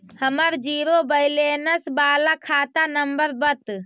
हमर zero balance बाला खाता नम्बर बत?